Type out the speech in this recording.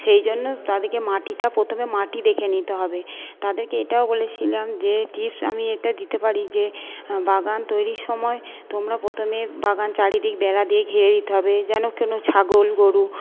সেই জন্য তাদেরকে মাটিটা প্রথমে মাটি দেখে নিতে হবে তাদেরকে এটাও বলেছিলাম যে টিপস আমি একটা দিতে পারি যে বাগান তৈরির সময় তোমরা প্রথমে বাগান চারিদিক বেড়া দিয়ে ঘিরে দিতে হবে যেন কোনো ছাগল গরু